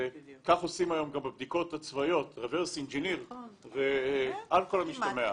כך עושים גם בבדיקות צבאיות, על כל המשתמע מכך.